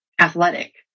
athletic